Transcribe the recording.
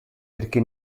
perché